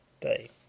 Day